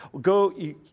go